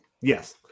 Yes